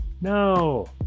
No